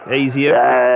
easier